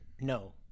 no